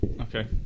Okay